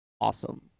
awesome